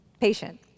patient